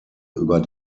über